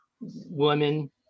woman